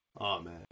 amen